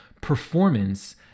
performance